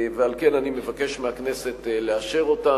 ועל כן אני מבקש מהכנסת לאשר אותן.